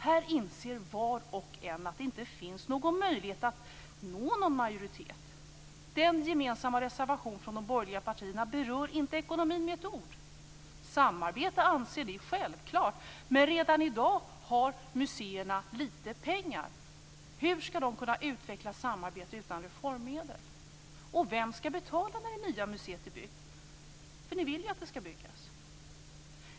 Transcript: Här inser var och en att det inte finns någon möjlighet att nå en majoritet. I den gemensamma reservationen från de borgerliga partierna berörs inte ekonomin med ett ord. Ni anser det självklart med samarbete, men redan i dag har museerna för lite pengar. Hur skall de kunna utveckla samarbete utan reformmedel? Och vem skall betala när det nya museet är byggt? Ni vill ju att det skall byggas.